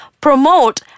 promote